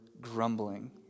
grumbling